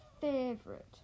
favorite